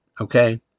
okay